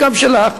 גם שלך,